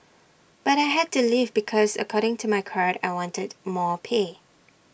but I had to leave because according to my card I wanted more pay